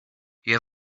you